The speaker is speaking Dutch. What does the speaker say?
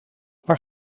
waar